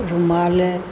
रुमाल